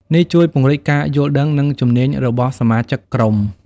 នេះជួយពង្រីកការយល់ដឹង និងជំនាញរបស់សមាជិកក្រុម។